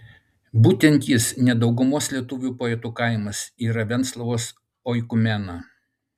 būtent jis ne daugumos lietuvių poetų kaimas yra venclovos oikumena